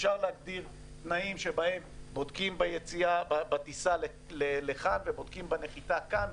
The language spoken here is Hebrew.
אפשר להגדיר תנאים שבהם בודקים בטיסה לכאן ובודקים בנחיתה כאן,